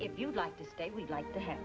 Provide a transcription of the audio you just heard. if you'd like to say we'd like to have